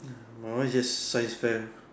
my one is just science fair